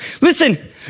Listen